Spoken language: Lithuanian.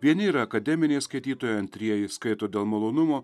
vieni yra akademiniai skaitytojai antrieji skaito dėl malonumo